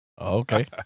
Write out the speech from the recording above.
Okay